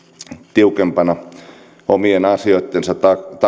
tiukempana omien asioittensa takana tämä